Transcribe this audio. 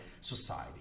society